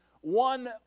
one